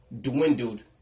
dwindled